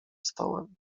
stołem